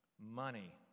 money